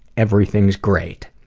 everything's great!